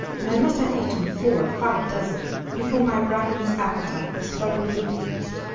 and i must have eaten four or five dozen before my ravenous appetite was thoroughly appeased.